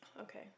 Okay